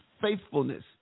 faithfulness